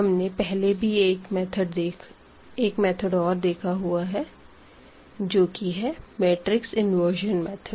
हमने पहले भी एक मेथड और देखा हुआ है जो की है मैट्रिक्स इन्वरजन मेथड